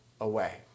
away